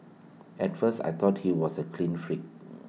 at first I thought he was A clean freak